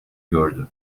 gördü